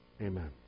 Amen